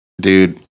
dude